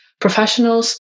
professionals